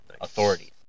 Authorities